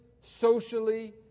socially